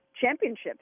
championships